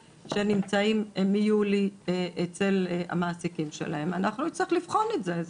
שנמצאים מיולי אצל המעסיקים שלהם ואנחנו נצטרך לבחון את זה.